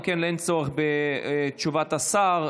אם כן, אין צורך בתשובת השר.